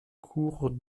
cours